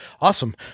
Awesome